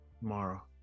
tomorrow